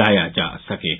लाया जा सकेगा